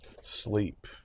sleep